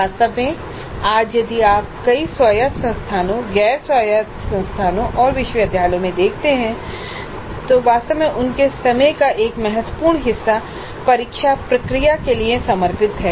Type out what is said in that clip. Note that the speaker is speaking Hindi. वास्तव में आज यदि आप कई स्वायत्त संस्थानों गैर स्वायत्त संस्थानों और विश्वविद्यालयों में देखते हैं वास्तव में उनके समय का एक महत्वपूर्ण हिस्सा परीक्षा प्रक्रिया के लिए समर्पित है